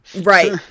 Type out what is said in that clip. right